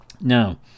Now